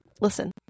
listen